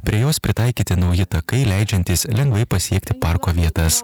prie jos pritaikyti nauji takai leidžiantys lengvai pasiekti parko vietas